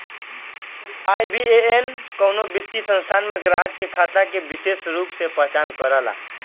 IBAN कउनो वित्तीय संस्थान में ग्राहक के खाता के विसेष रूप से पहचान करला